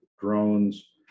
drones